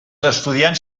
estudiants